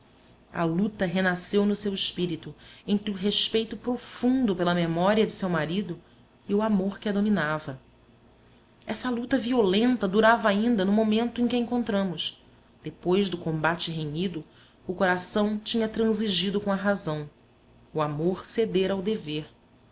a luta renasceu no seu espírito entre o respeito profundo pela memória de seu marido e o amor que a dominava essa luta violenta durava ainda no momento em que a encontramos depois do combate renhido o coração tinha transigido com a razão o amor cedera ao dever